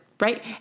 right